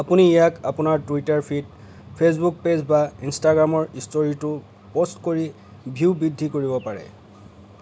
আপুনি ইয়াক আপোনাৰ টুইটাৰ ফিড ফেচবুক পে'জ বা ইনষ্টাগ্ৰাম ষ্ট'ৰীতো প'ষ্ট কৰি ভিউ বৃদ্ধি কৰিব পাৰে